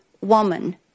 woman